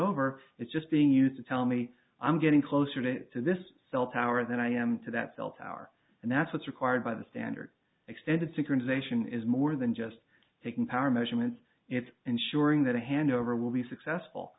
over it's just being used to tell me i'm getting closer to this cell tower than i am to that cell tower and that's what's required by the standard extended synchronization is more than just taking power measurements it's ensuring that the handover will be successful